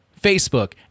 Facebook